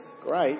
great